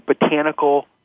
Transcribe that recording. botanical